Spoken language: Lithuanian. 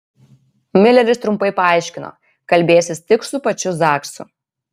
mileris trumpai paaiškino kalbėsis tik su pačiu zaksu